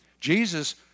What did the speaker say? Jesus